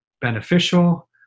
beneficial